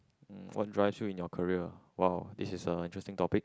mm what drives you in your career !wow! this is an interesting topic